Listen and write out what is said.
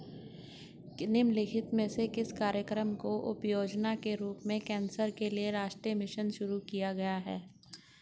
निम्नलिखित में से किस कार्यक्रम को उपयोजना के रूप में कैंसर के लिए राष्ट्रीय मिशन शुरू किया गया है?